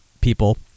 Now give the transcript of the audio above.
people